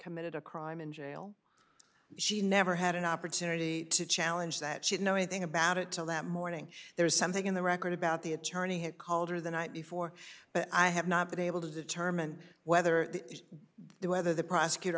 committed a crime in jail she never had an opportunity to challenge that she'd know anything about it till that morning there was something in the record about the attorney had called her the night before but i have not been able to determine whether the whether the prosecutor